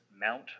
Mount